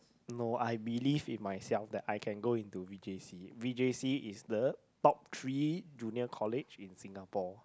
no I believe in myself that I can go into v_j_c v_j_c is the top three junior college in Singapore